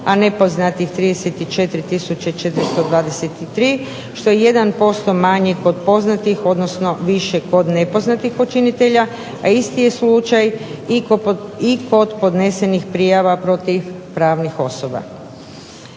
a nepoznatih 34 tisuće 423, što je 1% manje kod poznatih odnosno više kod nepoznatih počinitelja, a isti je slučaj i kod podnesenih prijava protiv pravnih osoba.